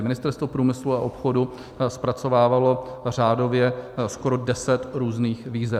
Ministerstvo průmyslu a obchodu zpracovávalo řádově skoro deset různých výzev.